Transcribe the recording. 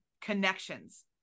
connections